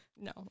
No